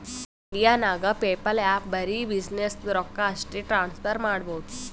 India ನಾಗ್ PayPal app ಬರೆ ಬಿಸಿನ್ನೆಸ್ದು ರೊಕ್ಕಾ ಅಷ್ಟೇ ಟ್ರಾನ್ಸಫರ್ ಮಾಡಬೋದು